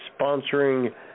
sponsoring